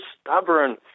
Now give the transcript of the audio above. stubborn